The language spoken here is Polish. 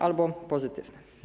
Albo pozytywny.